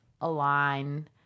align